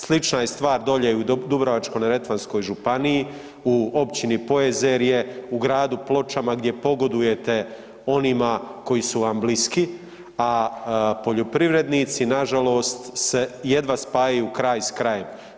Slična je stvar dolje u Dubrovačko-neretvanskoj županiji u općini Pojezerje u gradu Pločama gdje pogodujete onima koji su vam bliski, a poljoprivrednici nažalost se jedva spajaju kraj s krajem.